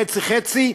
חצי חצי,